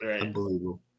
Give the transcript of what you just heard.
Unbelievable